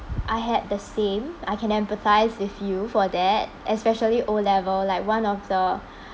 I had the same I can empathise with you for that especially O level like one of the